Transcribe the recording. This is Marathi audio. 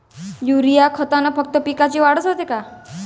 युरीया खतानं फक्त पिकाची वाढच होते का?